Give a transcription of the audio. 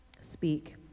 speak